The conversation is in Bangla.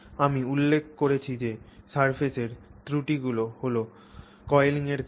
আমি উল্লেখ করেছি যে সারফেসের ত্রুটিগুলি হল কয়েলিংয়ের কারণ